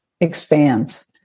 expands